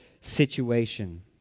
situation